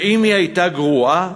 ואם היא הייתה גרועה,